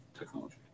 Technology